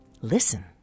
Listen